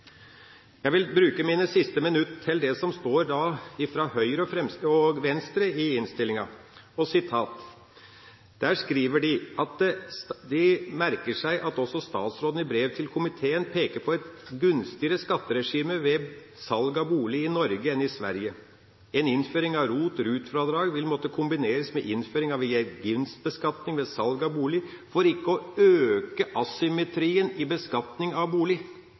det som står fra Høyre og Venstre i innstillinga. Der skriver de at de merker seg også at statsråden i brev til komiteen peker på et gunstigere skatteregime ved salg av bolig i Norge enn i Sverige. En innføring av ROT/RUT-fradrag vil måtte kombineres med innføring av gevinstbeskatning ved salg av bolig for ikke å øke asymmetrien i beskatningen av bolig».